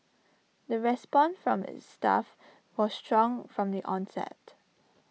the response from its staff was strong from the onset